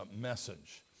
message